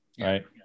right